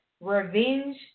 revenge